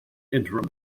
interim